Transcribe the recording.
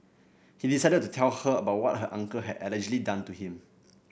he decided to tell her about what her uncle had allegedly done to him